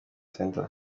center